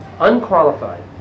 unqualified